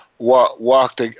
Walked